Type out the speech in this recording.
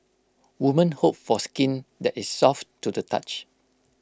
woman hope for skin that is soft to the touch